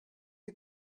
you